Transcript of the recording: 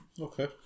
Okay